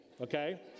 okay